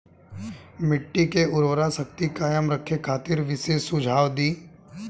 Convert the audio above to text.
मिट्टी के उर्वरा शक्ति कायम रखे खातिर विशेष सुझाव दी?